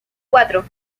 cuatro